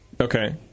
Okay